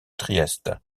trieste